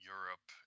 Europe